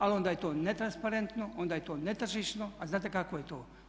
Ali onda je to netransparentno, onda je to ne tržišno a znate kako je to?